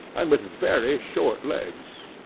and with very short legs.